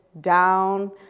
down